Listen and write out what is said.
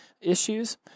issues